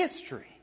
history